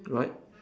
right